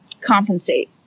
compensate